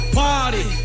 party